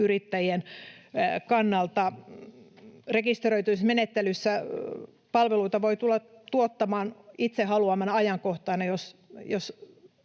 pienyrittäjien kannalta. Rekisteröitymismenettelyssä palveluita voi tulla tuottamaan itse haluamanaan ajankohtana, jos